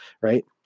right